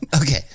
Okay